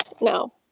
No